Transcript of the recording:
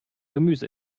gemüse